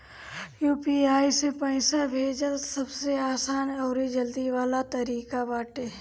UPI से पईसा भेजल सबसे आसान अउरी जल्दी वाला तरीका बाटे